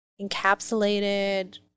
encapsulated